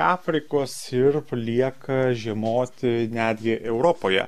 afrikos ir lieka žiemoti netgi europoje